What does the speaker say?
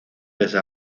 desde